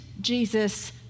Jesus